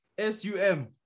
S-U-M